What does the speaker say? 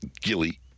Gilly